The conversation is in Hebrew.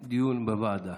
בעד דיון בוועדה.